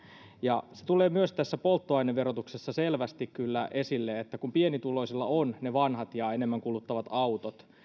ja se tulee myös tässä polttoaineverotuksessa selvästi kyllä esille että kun pienituloisilla on ne vanhat ja enemmän kuluttavat autot